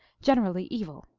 generally evil.